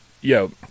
Yo